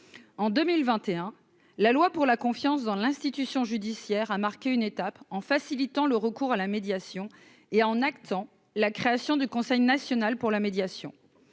en 2021, la loi pour la confiance dans l'institution judiciaire a marqué une étape en facilitant le recours à la médiation et en actant la création du Conseil national pour la médiation